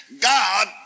God